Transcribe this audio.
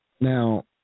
Now